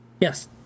Yes